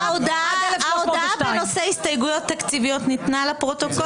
ההודעה בנושא הסתייגויות תקציביות ניתנה לפרוטוקול?